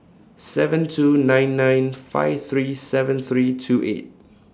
seven two nine nine five three seven three two eight